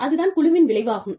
அதுதான் குழுவின் விளைவாகும்